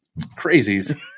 crazies